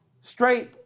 straight